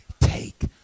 Take